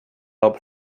help